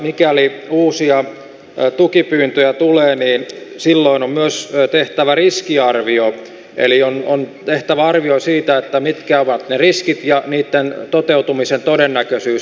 mikäli uusia tukipyyntöjä tulee niin silloin on myös tehtävä riskiarvio eli on tehtävä arvio siitä mitkä ovat ne riskit ja niitten toteutumisen todennäköisyys